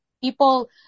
people